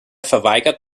verweigert